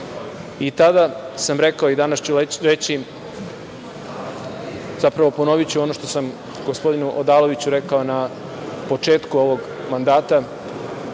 Tada sam rekao i sada ću reći, zapravo ponoviću ono što sam gospodinu Odaloviću rekao na početku ovog mandata,